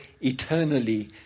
eternally